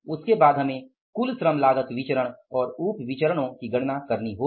उसके बाद हमें कुल श्रम लागत विचरण और उप विचरण की गणना करनी होगी